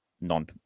non